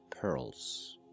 pearls